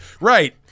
Right